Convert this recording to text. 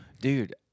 Dude